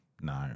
no